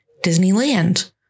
Disneyland